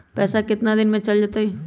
पैसा कितना दिन में चल जतई?